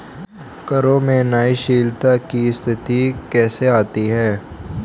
करों में न्यायशीलता की स्थिति कैसे आती है?